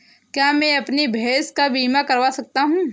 क्या मैं अपनी भैंस का बीमा करवा सकता हूँ?